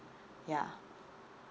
ya